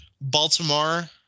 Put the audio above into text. Baltimore